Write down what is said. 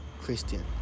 Christian